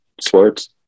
sports